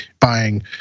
buying